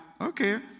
okay